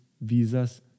visas